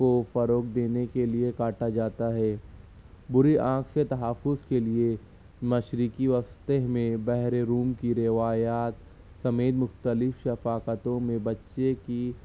کو فروغ دینے کے لیے کاٹا جاتا ہے بری آنکھ سے تحفظ کے لیے مشرقی وسطیٰ میں بحر روم کی روایات سمیت مختلف ثقاقتوں میں بچے کی